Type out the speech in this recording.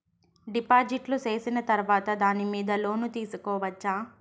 డిపాజిట్లు సేసిన తర్వాత దాని మీద లోను తీసుకోవచ్చా?